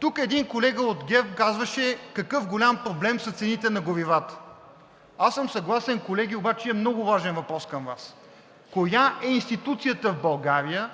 Тук един колега от ГЕРБ казваше какъв голям проблем са цените на горивата. Аз съм съгласен, колеги, обаче имам много важен въпрос към Вас: коя е институцията в България,